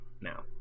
now